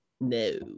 no